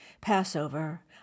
Passover